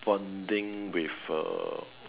bonding with uh